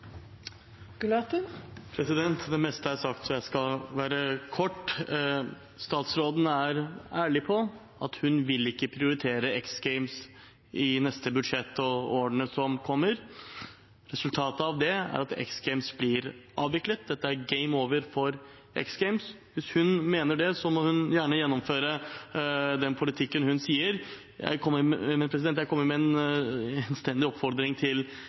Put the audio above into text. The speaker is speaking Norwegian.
sagt, så jeg skal være kort. Statsråden er ærlig på at hun ikke vil prioritere X Games i neste budsjett og i årene som kommer. Resultatet av det er at X Games blir avviklet. Dette er «game over» for X Games. Hvis hun mener det, må hun gjerne gjennomføre den politikken hun sier hun vil gjennomføre. Jeg kommer med en innstendig oppfordring til SV og Senterpartiet. Jeg